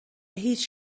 هیچ